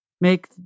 make